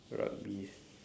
rugby